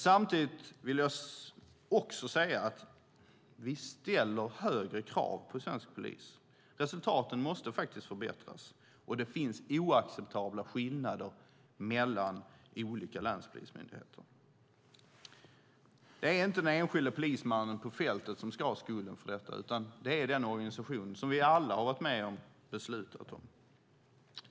Samtidigt vill jag också säga att vi ställer högre krav på svensk polis. Resultaten måste faktiskt förbättras. Och det finns oacceptabla skillnader mellan olika länspolismyndigheter. Det är inte den enskilde polismannen på fältet som ska ha skulden för detta, utan det är den organisation som vi alla har varit med och beslutat om.